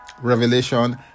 revelation